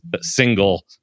single